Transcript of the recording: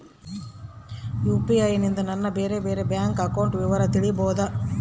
UPI ನಿಂದ ನನ್ನ ಬೇರೆ ಬೇರೆ ಬ್ಯಾಂಕ್ ಅಕೌಂಟ್ ವಿವರ ತಿಳೇಬೋದ?